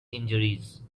injuries